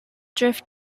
drift